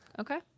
Okay